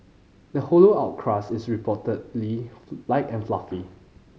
the hollowed out crust is reportedly light and fluffy